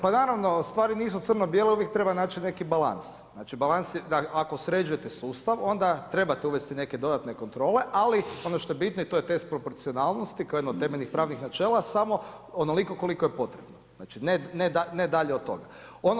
Pa naravno, ali stvari nisu crno bijele, uvijek treba naći neki balans, znači balans, ako sređujete sustav onda trebate uvesti neke dodatne kontrole, ali ono što je bitno i to je test proporcionalnosti kao jedno od temeljnih pravnih načela, samo onoliko koliko je potrebno, znači ne dalje od toga.